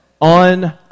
on